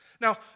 Now